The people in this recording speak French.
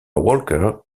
walker